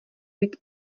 být